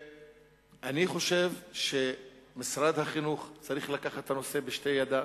אני חושב שמשרד החינוך צריך לקחת את הנושא בשתי ידיו.